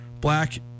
black